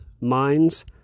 Minds